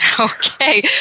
Okay